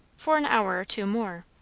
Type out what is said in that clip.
for an hour or two more.